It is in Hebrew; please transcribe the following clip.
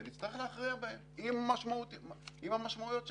יצטרך להכריע בהם עם המשמעויות שלהם.